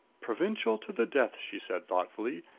provincial to the death! she said thoughtfully.